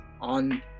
on